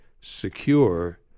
secure